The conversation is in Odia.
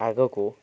ଆଗକୁ